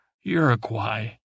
Uruguay